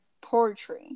poetry